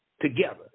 together